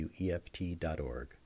weft.org